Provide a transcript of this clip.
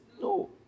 No